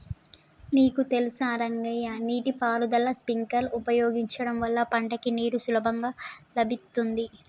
నీకు తెలుసా రంగయ్య నీటి పారుదల స్ప్రింక్లర్ ఉపయోగించడం వల్ల పంటకి నీరు సులభంగా లభిత్తుంది